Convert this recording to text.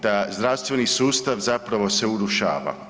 Da zdravstveni sustav zapravo se urušava.